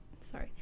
sorry